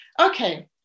Okay